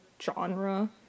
genre